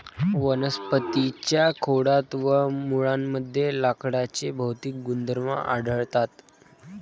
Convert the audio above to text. वनस्पतीं च्या खोडात व मुळांमध्ये लाकडाचे भौतिक गुणधर्म आढळतात